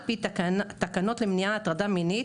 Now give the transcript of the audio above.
על-פי תקנות למניעת הטרדה מינית,